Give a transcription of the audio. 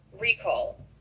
recall